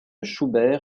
schubert